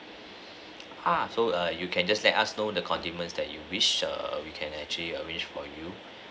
ah so err you can just let us know the condiments that you wish err we can actually arrange for you